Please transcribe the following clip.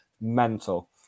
mental